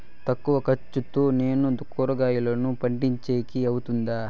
తక్కువ ఖర్చుతో నేను కూరగాయలను పండించేకి అవుతుందా?